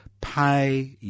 pay